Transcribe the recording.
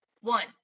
One